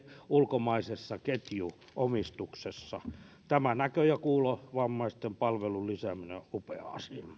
ulkomaisessa ketjuomistuksessa tämä näkö ja kuulovammaisten palvelujen lisääminen on upea